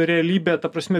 realybė ta prasme